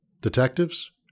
detectives